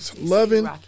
loving